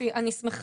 יופי, אני שמחה.